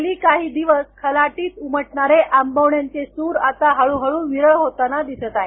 गेली काही दिवस खलाटीत उमटणारे आंबवण्यांचे सूर आता हळूहळू विरळ होताना दिसत आहेत